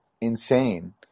insane